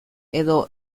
edo